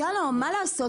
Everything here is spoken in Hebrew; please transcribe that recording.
שלום, מה לעשות?